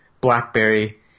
BlackBerry